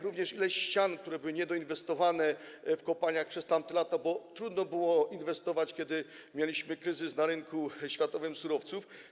Również ileś ścian, które były niedoinwestowane w kopalniach przez tamte lata, bo trudno było inwestować, kiedy mieliśmy kryzys na światowym rynku surowców.